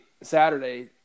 Saturday